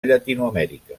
llatinoamèrica